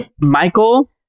Michael